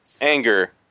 anger